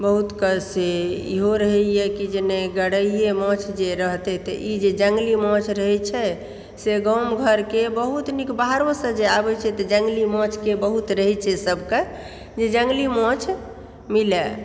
बहुतके से इहो रहै यऽ कि जे नहि गरैये माछ जे रहतै तऽ ई जे जंगली माछ रहै छै से गाम घर के बहुत नीक बाहरो सऽ जे आबै छथि जंगली माछ के बहुत रहै छै सब के जे जंगली माछ मिलए